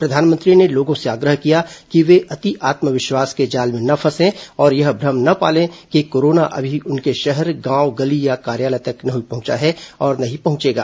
प्रधानमंत्री ने लोगों से आग्रह किया कि वे अति आत्म विश्वास के जाल में न फंसें और यह भ्रम न पालें कि कोरोना अभी उनके शहर गांव गली या कार्यालय तक नहीं पहुंचा है और न ही पहुंचेगा